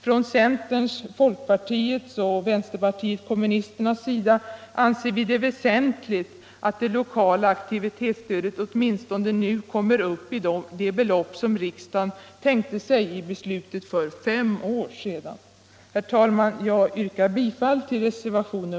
Från centerns, folkpartiets och vänsterpartiet kommunisternas sida anser vi det väsentligt att det lokala aktivitetsstödet nu kommer upp I åtminstone det belopp som riksdagen tänkte sig vid beslutet för fem år sedan.